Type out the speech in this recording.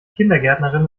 kindergärtnerin